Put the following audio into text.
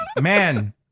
man